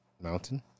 Mountain